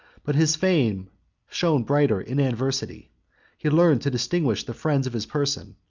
but his fame shone brighter in adversity he learned to distinguish the friends of his person,